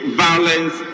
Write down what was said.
violence